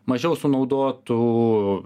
mažiau sunaudotų